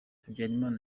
habyarimana